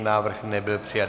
Návrh nebyl přijat.